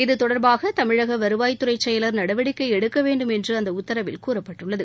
இதுதொடர்பாக தமிழக வருவாய்த்துறை செயலர் நடவடிக்கை எடுக்க வேண்டும் என்று அந்த உத்தரவில் கூறப்பட்டுள்ளது